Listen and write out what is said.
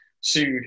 sued